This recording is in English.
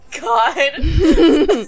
God